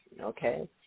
okay